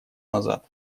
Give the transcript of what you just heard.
назад